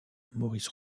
maurice